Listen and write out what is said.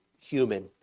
human